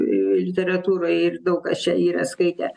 literatūrą ir daug kas čia yra skaitę